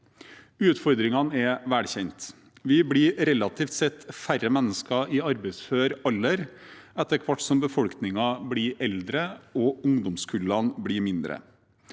Utfordringene er velkjente. Vi blir relativt sett færre mennesker i arbeidsfør alder etter hvert som befolkningen blir eldre og ungdomskullene blir mindre.